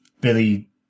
Billy